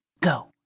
go